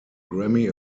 grammy